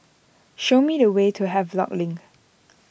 show me the way to Havelock Link